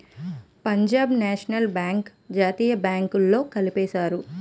Punjab national bank జాతీయ బ్యాంకుల్లో కలిపేశారు